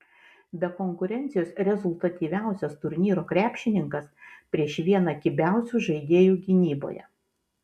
be konkurencijos rezultatyviausias turnyro krepšininkas prieš vieną kibiausių žaidėjų gynyboje